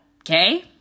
okay